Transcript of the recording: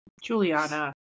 Juliana